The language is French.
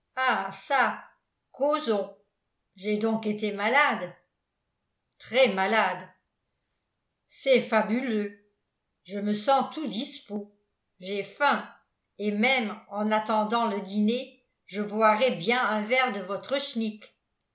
j'ai donc été malade très malade c'est fabuleux je me sens tout dispos j'ai faim et même en attendant le dîner je boirais bien un verre de votre